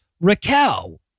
Raquel